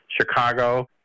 Chicago